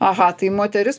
aha tai moteris